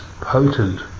potent